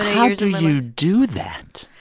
how do you do that?